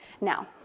now